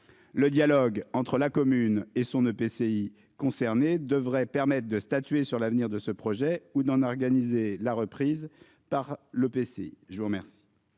Le dialogue entre la commune et son EPCI concernés devraient permettre de statuer sur l'avenir de ce projet ou d'en organiser la reprise par le PC. Je vous remercie.